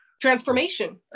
transformation